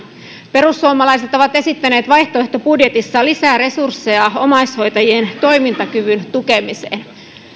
perussuomalaiset ovat esittäneet vaihtoehtobudjetissaan lisää resursseja omaishoitajien toimintakyvyn tukemiseen